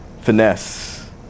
Finesse